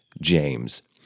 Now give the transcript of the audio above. James